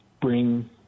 bring